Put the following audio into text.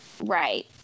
Right